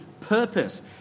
purpose